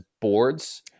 boards